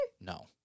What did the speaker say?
No